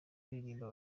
baririmba